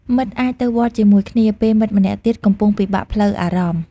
មិត្តអាចទៅវត្តជាមួយគ្នា ពេលមិត្តម្នាក់ទៀតកំពុងពិបាកផ្លូវអារម្មណ៍។